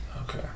Okay